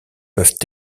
peuvent